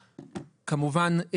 כמובן,